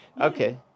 Okay